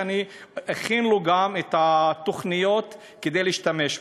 שאכין את התוכניות כדי להשתמש בו.